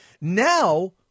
now